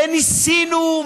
וניסינו,